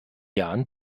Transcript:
jahren